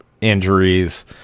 Injuries